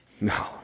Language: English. No